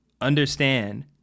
Understand